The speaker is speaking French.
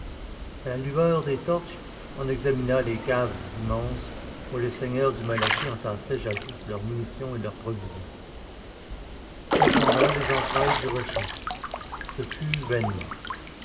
la lueur des torches on examina les caves immenses où les seigneurs du malaquis entassaient jadis leurs munitions et leurs provisions on sonda les entrailles du rocher ce fut vainement